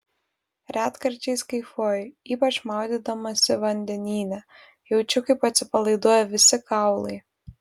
retkarčiais kaifuoju ypač maudydamasi vandenyne jaučiu kaip atsipalaiduoja visi kaulai